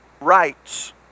rights